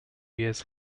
years